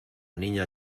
niña